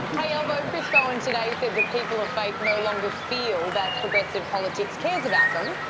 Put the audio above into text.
hey albo, chris bowen today said that people of faith no longer feel that progressive politics cares about them.